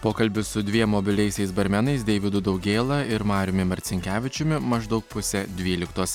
pokalbis su dviem mobiliaisiais barmenais deividu daugėla ir mariumi marcinkevičiumi maždaug pusė dvyliktos